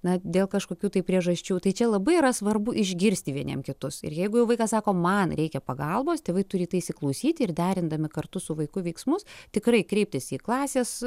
na dėl kažkokių tai priežasčių tai čia labai yra svarbu išgirsti vieniem kitus ir jeigu jau vaikas sako man reikia pagalbos tėvai turi į tai įsiklausyti ir derindami kartu su vaiku veiksmus tikrai kreiptis į klasės